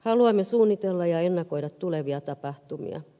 haluamme suunnitella ja ennakoida tulevia tapahtumia